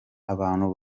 abantu